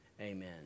Amen